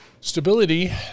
Stability